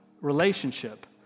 relationship